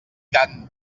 tant